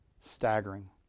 Staggering